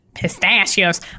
Pistachios